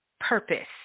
purpose